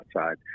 outside